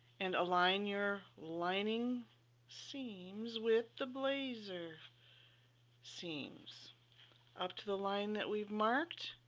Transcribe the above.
and align your lining seams with the blazer seams up to the line that we've marked